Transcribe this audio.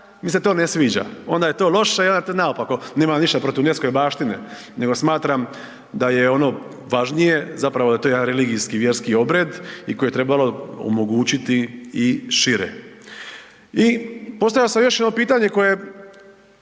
mi se to ne sviđa, onda je to loše i onda je to naopako. Nemam ja ništa protiv UNESCO-ve baštine nego smatram da je ono važnije zapravo da je to jedan religijski, vjerski obred i koji je trebalo omogućiti i šire. I postavio sam još jedno pitanje koje